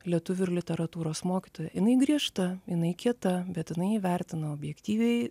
lietuvių ir literatūros mokytoja jinai griežta jinai kieta bet jinai jį vertina objektyviai